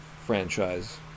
franchise